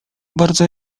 bardzo